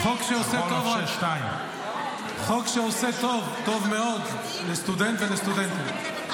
זה חוק שעושה טוב, טוב מאוד, לסטודנט ולסטודנטית.